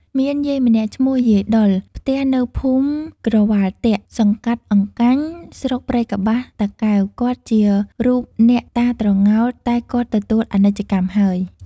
មានយាយម្នាក់ឈ្មោះយាយដុល ផ្ទះនៅភូមិក្រវ៉ាលទាក សង្កាត់អង្កាញ់ ស្រុកព្រៃកប្បាស (តាកែវ) គាត់ជា រូបអ្នកតាត្រងោល តែគាត់ទទួលអនិច្ចកម្មហើយ ។